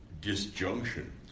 disjunction